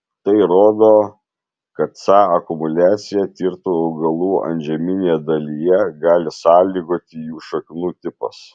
tai rodo kad ca akumuliaciją tirtų augalų antžeminėje dalyje gali sąlygoti jų šaknų tipas